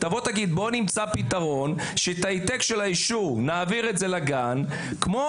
תבוא ותגיד שנמצא פתרון שאת ההעתק של האישור נעביר לגן כמו